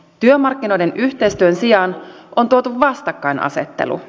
työmarkkinoiden yhteistyön sijaan on tuotu vastakkainasettelu